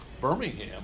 Birmingham